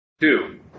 Two